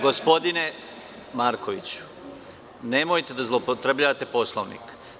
Gospodine Markoviću, nemojte da zloupotrebljavate Poslovnik.